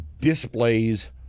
displays